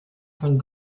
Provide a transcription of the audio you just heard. von